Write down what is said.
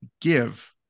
give